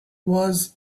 was